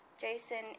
Jason